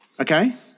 okay